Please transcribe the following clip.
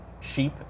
cheap